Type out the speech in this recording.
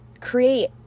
create